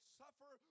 suffer